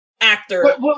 actor